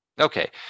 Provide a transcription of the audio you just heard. Okay